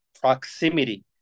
proximity